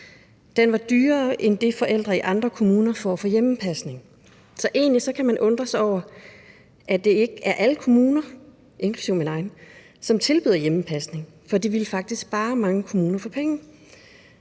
Den er dyrere end det, forældre i andre kommuner får for hjemmepasning, så egentlig kan man undre sig over, at det ikke er alle kommuner, inklusive min egen, som tilbyder hjemmepasning, for det ville faktisk spare mange kommuner penge.